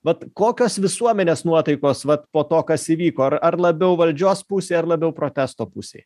vat kokios visuomenės nuotaikos vat po to kas įvyko ar ar labiau valdžios pusėj ar labiau protesto pusėj